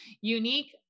unique